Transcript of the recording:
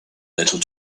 little